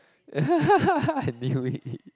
I knew it